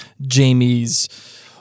Jamie's